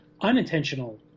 unintentional